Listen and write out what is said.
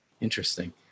Interesting